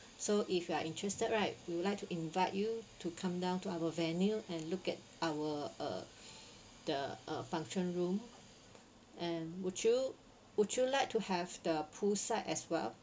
so if you are interested right we would like to invite you to come down to our venue and look at our uh the uh function room and would you would you like to have the poolside as well